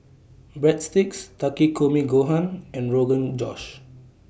Breadsticks Takikomi Gohan and Rogan Josh